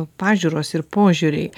pažiūros ir požiūriai